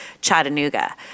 Chattanooga